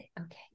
Okay